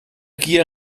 gier